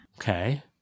Okay